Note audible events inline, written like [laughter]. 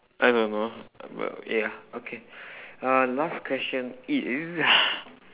I don't know b~ but ya okay [breath] uh last question is [breath]